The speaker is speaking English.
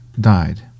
died